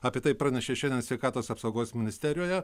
apie tai pranešė šiandien sveikatos apsaugos ministerijoje